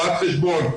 רואת חשבון,